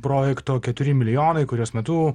projekto keturi milijonai kurios metu